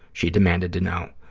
she demanded to know?